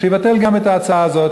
יבטל גם את הזכות הזאת,